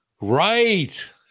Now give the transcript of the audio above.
Right